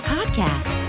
Podcast